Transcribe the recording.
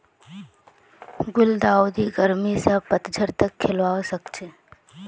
गुलदाउदी गर्मी स पतझड़ तक खिलवा सखछे